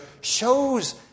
shows